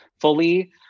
fully